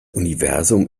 universum